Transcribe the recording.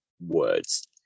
words